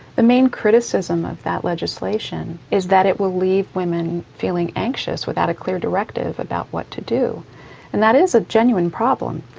the main criticism of that legislation is that it will leave women feeling anxious without a clear directive about what to do and that is a genuine problem.